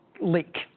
leak